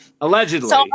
allegedly